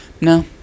no